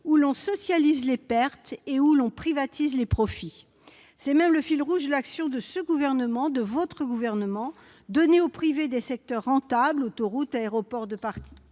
où l'on socialise les pertes et où l'on privatise les profits. C'est même le fil rouge de l'action de votre gouvernement : donner au privé les secteurs rentables- autoroutes, Aéroports de Paris -,